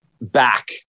back